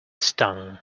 stung